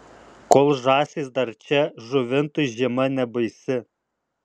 kol žąsys dar čia žuvintui žiema nebaisi